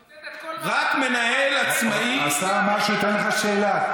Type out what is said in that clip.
את כל, רק מנהל עצמאי, השר אמר שייתן לך שאלה.